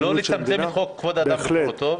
--- לא לצמצם את חוק כבוד האדם וחירותו,